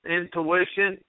intuition